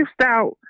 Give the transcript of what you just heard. Stout